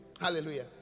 Hallelujah